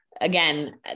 Again